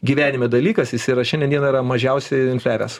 gyvenime dalykas jis yra šiandien dienai yra mažiausiai infliavęs